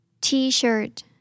t-shirt